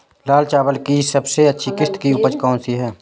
लाल चावल की सबसे अच्छी किश्त की उपज कौन सी है?